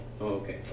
Okay